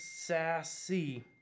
Sassy